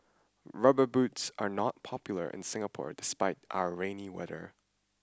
rubber boots are not popular in Singapore despite our rainy weather